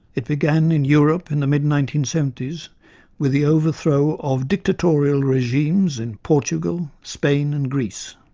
it began in europe in the mid nineteen seventy s with the overthrow of dictatorial regimes in portugal, spain and greece.